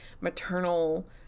maternal